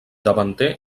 davanter